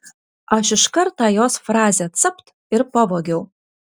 aš iškart tą jos frazę capt ir pavogiau